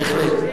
בהחלט.